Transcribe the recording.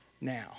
now